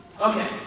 Okay